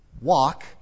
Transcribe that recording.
walk